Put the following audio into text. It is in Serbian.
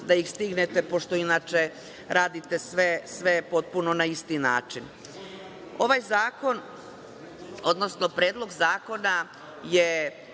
da ih stignete, pošto inače radite sve potpuno na isti način. Ovaj zakon, odnosno Predlog zakona je